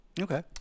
Okay